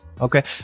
okay